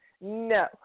no